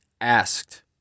asked